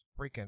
freaking